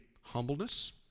humbleness